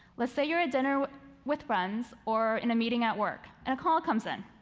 let's say you're at dinner with friends or in a meeting at work and a call comes in.